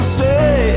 say